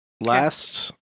Last